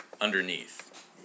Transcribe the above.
underneath